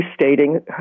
stating